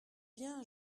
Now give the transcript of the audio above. bien